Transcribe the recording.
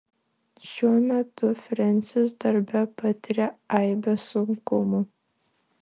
šiuo metu frensis darbe patiria aibę sunkumų